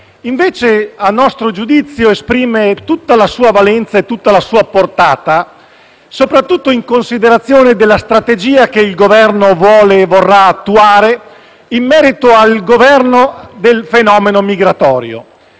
mentre, a nostro giudizio, esprime tutta la sua valenza e portata, soprattutto in considerazione della strategia che il Governo vuole e vorrà attuare in merito alla gestione del fenomeno migratorio.